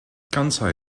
kansai